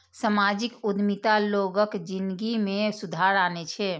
सामाजिक उद्यमिता लोगक जिनगी मे सुधार आनै छै